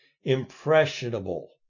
impressionable